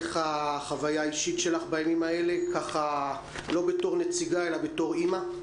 איך החוויה האישית שלך בימים האלה לא בתור נציגה אלא בתור אימא?